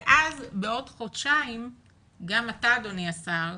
ואז בעוד חודשיים גם אתה אדוני השר,